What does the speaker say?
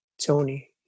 Tony